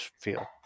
feel